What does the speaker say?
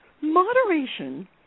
Moderation